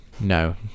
No